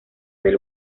del